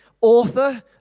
author